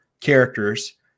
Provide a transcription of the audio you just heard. characters